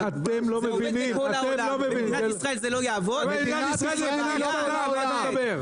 יש עוד מקומות בעולם שיש בעיה בקרקע.